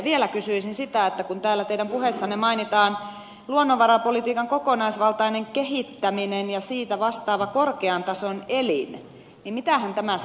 vielä kysyisin sitä että kun täällä teidän puheessanne mainitaan luonnonvarapolitiikan kokonaisvaltainen kehittäminen ja siitä vastaava korkean tason elin niin mitähän tämä sitten meinaa